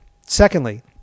Secondly